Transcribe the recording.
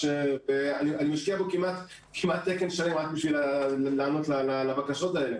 אני משקיע בזה כמעט תקן שלם רק בשביל לענות לבקשות האלה.